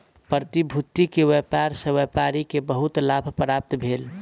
प्रतिभूति के व्यापार सॅ व्यापारी के बहुत लाभ प्राप्त भेल